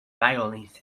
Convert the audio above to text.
violins